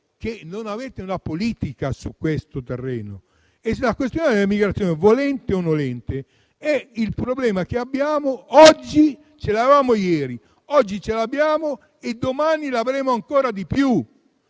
che non avete una politica su questo terreno e la questione dell'immigrazione, volente o nolente, è il problema che abbiamo oggi, che avevamo ieri e che domani avremo ancora di più,